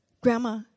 Grandma